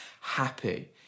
happy